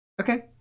Okay